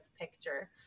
picture